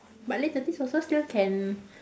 but late thirties also still can